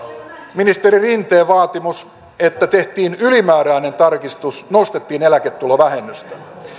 ministeri rinteen vaatimus että tehtiin ylimääräinen tarkistus nostettiin eläketulovähennystä